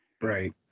Right